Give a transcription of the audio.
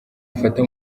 afata